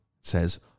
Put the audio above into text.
says